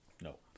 No